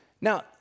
Now